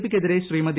പിയ്ക്കെതിരെ Shrimati